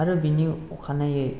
आरो बिनि अखानायै